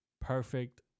Perfect